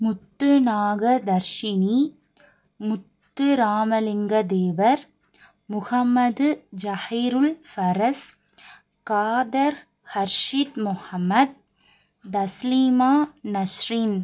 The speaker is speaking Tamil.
முத்து நாக தர்ஷினி முத்து ராமலிங்க தேவர் முகமது ஜகிருள் ஃபரஸ் காதர் ஹர்ஷித் முகமத் தஸ்லீமா நஷ்ரீன்